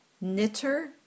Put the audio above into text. Knitter